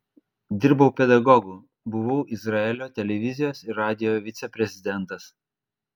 dirbau pedagogu buvau izraelio televizijos ir radijo viceprezidentas